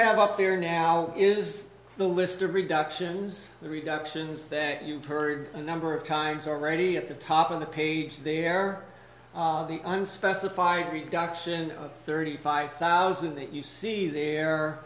have up there now is the list of reductions in reductions that you've heard a number of times already at the top of the page there the unspecified reduction of thirty five thousand that you see there